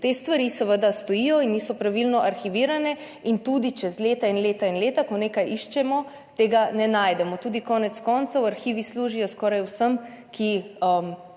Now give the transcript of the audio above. te stvari seveda stojijo in niso pravilno arhivirane in tudi čez leta in leta in leta, ko nekaj iščemo, tega ne najdemo. Konec koncev arhivi služijo tudi skoraj vsem, ki